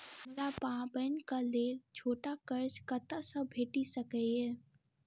हमरा पाबैनक लेल छोट कर्ज कतऽ सँ भेटि सकैये?